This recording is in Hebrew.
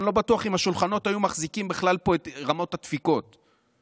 אני לא בטוח אם השולחנות היו מחזיקים בכלל פה את רמות דפיקות ואת,